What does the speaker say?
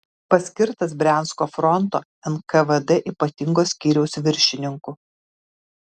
paskirtas briansko fronto nkvd ypatingo skyriaus viršininku